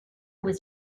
was